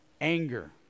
anger